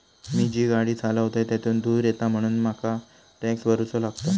मी जी गाडी चालवतय त्यातुन धुर येता म्हणून मका टॅक्स भरुचो लागता